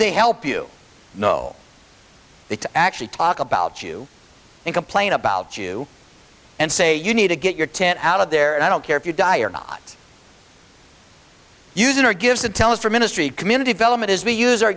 they help you know they to actually talk about you and complain about you and say you need to get your tent out of there and i don't care if you die or not use it or give to tell us for ministry community development is we use o